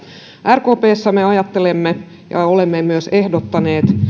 rkpssä me ajattelemme ja olemme myös ehdottaneet